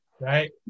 Right